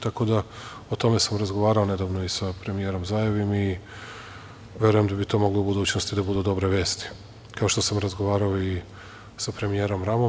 Tako da o tome sam razgovarao nedavno sa premijerom Zajevim i verujem da bi to moglo da budućnosti da budu dobre vesti, kao što sam razgovarao i sa premijerom Ramom.